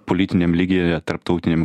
politiniam lygyje tarptautiniam